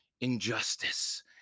injustice